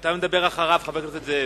אתה מדבר אחריו, חבר הכנסת זאב,